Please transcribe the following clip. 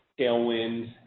tailwind